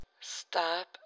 stop